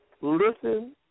Listen